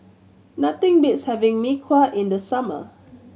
nothing beats having Mee Kuah in the summer